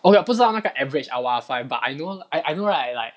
okay 不是那个 average L one R five but I know I know right like